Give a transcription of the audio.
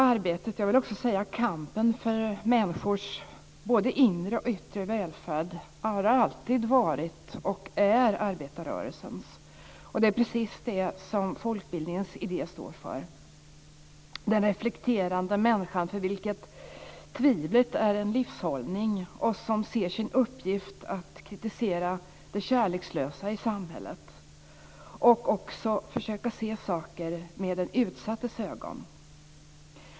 Arbetet, jag vill också säga kampen, för människors både inre och yttre välfärd är och har för mig alltid varit arbetarrörelsens. Det är precis det som folkbildningen står för. Den står för den reflekterande människan för vilken tvivlet är en livshållning och som ser som sin uppgift att kritisera det kärlekslösa i samhället och att försöka se saker med den utsattes ögon.